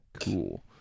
cool